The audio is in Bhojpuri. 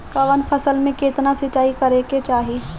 कवन फसल में केतना सिंचाई करेके चाही?